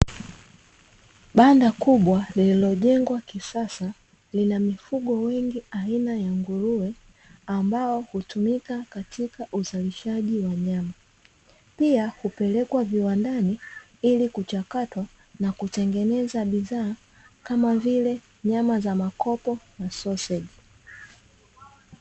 Banda kubwa lililojengwa kisasa lina mifugo mingi aina ya nguruwe ambayo hutumika katika uzalishaji wa nyama, pia hupelekwa viwandani kuchakatwa na kutengeneza bidhaa kama vile nyama za makopo na soseji.